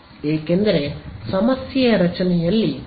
ಏಕೆಂದರೆ ಸಮಸ್ಯೆಯ ರಚನೆಯನ್ನು ಬಳಸಿಕೊಳ್ಳಲು ನೀವು ಪರಿಹಾರಕಕ್ಕೆ ಹೇಳುತ್ತಿಲ್ಲ